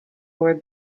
were